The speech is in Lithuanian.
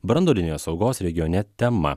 branduolinės saugos regione tema